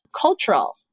Cultural